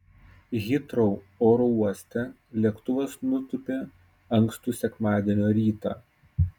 hitrou oro uoste lėktuvas nutūpė ankstų sekmadienio rytą